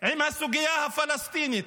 עם הסוגיה הפלסטינית,